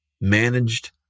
managed